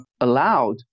allowed